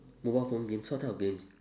mobile phone games what type of games